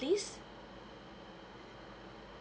please